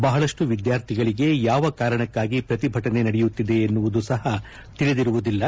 ಬಹಳಷ್ಟು ವಿದ್ಯಾರ್ಥಿಗಳಿಗೆ ಯಾವ ಕಾರಣಕ್ಕಾಗಿ ಪ್ರತಿಭಟನೆ ನಡೆಯುತ್ತಿದೆ ಎನ್ನುವುದು ಸಪ ತಿಳಿದಿರುವುದಿಲ್ಲ